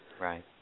Right